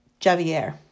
Javier